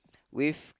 with